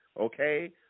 okay